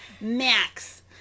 Max